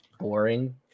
boring